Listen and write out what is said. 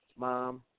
mom